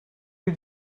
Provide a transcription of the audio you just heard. you